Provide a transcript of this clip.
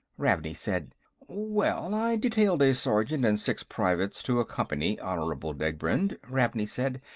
ravney said well, i detailed a sergeant and six privates to accompany honorable degbrend, ravney said.